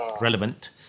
relevant